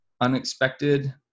unexpected